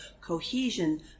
cohesion